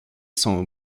sont